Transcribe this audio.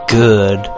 good